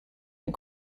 and